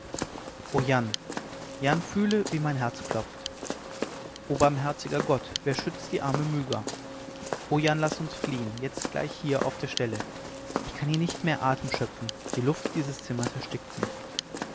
o jan jan fühle wie mein herz klopft o barmherziger gott wer schützt die arme myga o jan laß uns fliehen jetzt gleich auf der stelle ich kann hier nicht mehr atem schöpfen die luft dieses zimmers erstickt mich